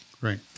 Right